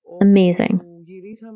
Amazing